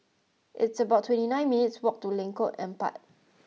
it's about twenty nine minutes' walk to Lengkok Empat